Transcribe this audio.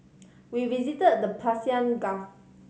we visited the Persian Gulf